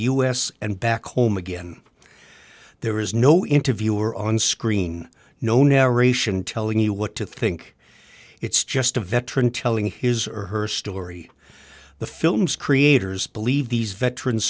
s and back home again there is no interviewer on screen no narration telling you what to think it's just a veteran telling his or her story the film's creators believe these veteran